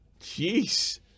Jeez